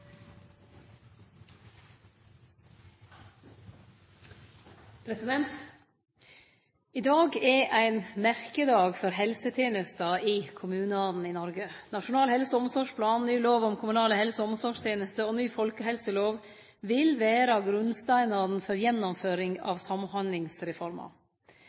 I dag er ein merkedag for helsetenesta i kommunane i Noreg: Nasjonal helse- og omsorgsplan, ny lov om kommunale helse- og omsorgstenester, og ny folkehelselov vil vere grunnsteinane for